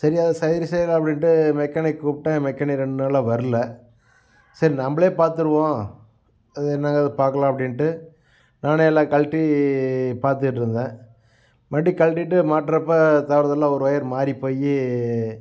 சரி அதை சைரு செய்யலாம் அப்படின்ட்டு மெக்கானிக் கூப்பிடேன் மெக்கானிக் ரெண்டு நாளாக வரல சரி நம்மளே பார்த்துருவோம் அது என்னங்க அது பார்க்கலாம் அப்படின்ட்டு நானே எல்லா கழட்டி பார்த்துக்கிட்ருந்தேன் மறுபடியும் கழட்டிவிட்டு மாட்டுறப்ப தவறுதலாக ஒரு ஒயர் மாறி போய்